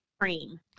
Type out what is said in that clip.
cream